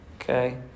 Okay